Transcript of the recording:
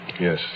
Yes